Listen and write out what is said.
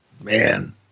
Man